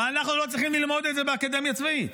אבל אנחנו לא צריכים ללמוד את זה באקדמיה צבאית,